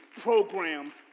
programs